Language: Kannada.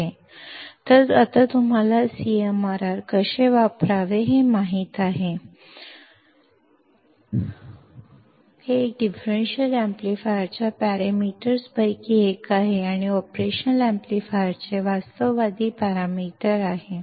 ಆದ್ದರಿಂದ ಈಗ ನೀವು ಹುಡುಗರಿಗೆ CMRR ಅನ್ನು ಹೇಗೆ ಬಳಸಬೇಕೆಂದು ತಿಳಿದಿದ್ದೀರಿ ಇದನ್ನು ಪ್ಯಾರಾಮೀಟರ್ನಂತೆ ಹೇಗೆ ಬಳಸುವುದು ಎಂದು ನಿಮಗೆ ತಿಳಿಯುತ್ತದೆ ಇದು ಡಿಫರೆನ್ಷಿಯಲ್ ಆಂಪ್ಲಿಫೈಯರ್ನ ಪ್ಯಾರಾಮೀಟರ್ಗಳಲ್ಲಿ ಒಂದಾಗಿದೆ ಅಥವಾ ಆಪರೇಷನಲ್ ಆಂಪ್ಲಿಫೈಯರ್ ನ ವಾಸ್ತವಿಕ ಪ್ಯಾರಾಮೀಟರ್ ಆಗಿದೆ